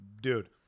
Dude